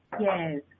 yes